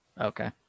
okay